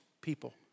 people